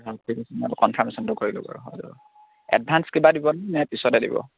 ঠিক আছে মই কনফাৰ্মেশ্যনটো কৰিলোঁ বাৰু হয় এডভাঞ্চ কিবা দিবনে নে পিছতে দিব